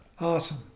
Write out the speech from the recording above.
Awesome